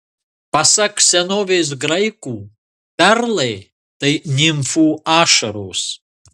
pasak senovės graikų perlai tai nimfų ašaros